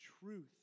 truth